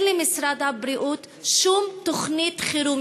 אין למשרד הבריאות שום תוכנית חירום.